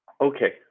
Okay